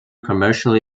commercially